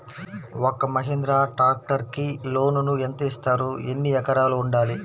ఒక్క మహీంద్రా ట్రాక్టర్కి లోనును యెంత ఇస్తారు? ఎన్ని ఎకరాలు ఉండాలి?